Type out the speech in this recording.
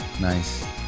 Nice